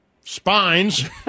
spines